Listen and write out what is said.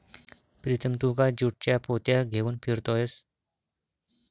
प्रीतम तू का ज्यूटच्या पोत्या घेऊन फिरतोयस